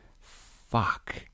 Fuck